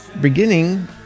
Beginning